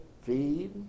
feed